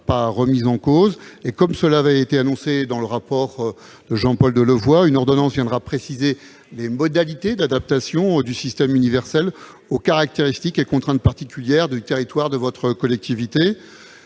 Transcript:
pas remis en cause. Comme cela avait été annoncé dans le rapport de Jean-Paul Delevoye, une ordonnance viendra préciser les modalités d'adaptation du système universel aux caractéristiques et contraintes particulières du territoire de votre collectivité.